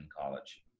college